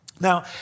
Now